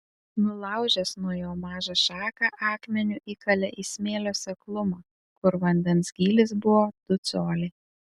nulaužęs nuo jo mažą šaką akmeniu įkalė į smėlio seklumą kur vandens gylis buvo du coliai